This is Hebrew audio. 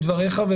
דבריך,